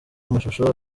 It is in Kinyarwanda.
amashusho